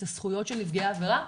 את הזכויות של נפגעי עבירה,